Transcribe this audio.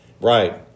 Right